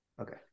Okay